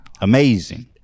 Amazing